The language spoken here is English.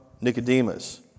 Nicodemus